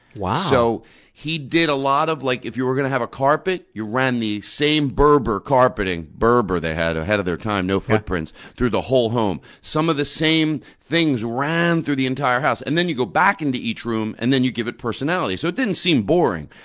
wow! so he did a lot of, like, if you were going to have a carpet, you ran the same berber carpeting berber, they had, ahead of their time, no footprints through the whole home. some of the same things ran through the entire house, and then you go back into each room and then you give it personality, so it didn't seem boring.